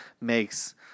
makes